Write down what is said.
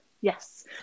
yes